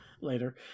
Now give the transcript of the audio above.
later